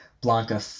Blanca